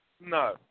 no